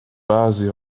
بعضی